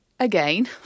Again